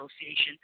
Association